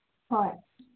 ꯍꯣꯏ